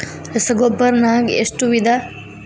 ರಸಗೊಬ್ಬರ ನಾಗ್ ಎಷ್ಟು ವಿಧ?